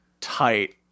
tight